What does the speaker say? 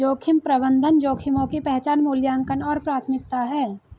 जोखिम प्रबंधन जोखिमों की पहचान मूल्यांकन और प्राथमिकता है